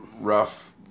rough